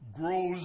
grows